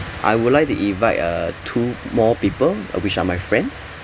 I would like to invite uh two more people uh which are my friends